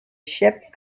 ship